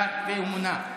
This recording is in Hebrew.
דת ואמונה.